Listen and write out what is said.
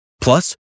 Plus